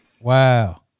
Wow